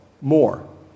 more